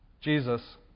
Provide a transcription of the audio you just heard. Jesus